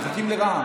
מחכים לרע"ם.